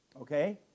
okay